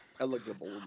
Eligible